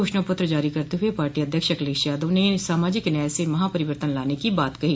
घोषणा पत्र जारी करते हुए पार्टी अध्यक्ष अखिलेश यादव ने सामाजिक न्याय से महापरिवर्तन लाने की बात कही